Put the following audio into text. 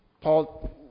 Paul